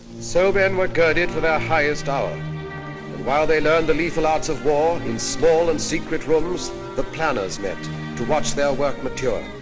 so men were girded for their highest hour. and while they learned the lethal arts of war, in small and secret rooms the planners met to watch their work mature.